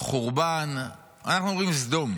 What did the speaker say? חורבן, אנחנו אומרים: סדום,